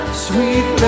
sweet